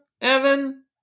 Evan